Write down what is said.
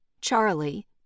Charlie